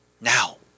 Now